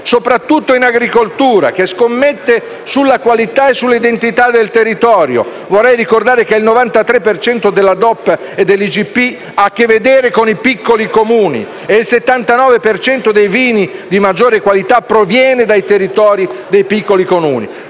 soprattutto in agricoltura, che scommette sulla qualità e sull'identità del territorio. Vorrei ricordare che il 93 per cento delle DOP e delle IGP ha a che vedere con i piccoli Comuni e il 79 per cento dei vini di maggiore qualità proviene dai territori dei piccoli Comuni.